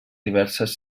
diverses